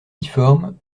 difforme